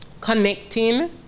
connecting